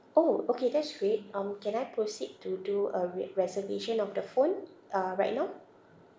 orh okay that's great um can I proceed to do a re~ reservation of the phone uh right now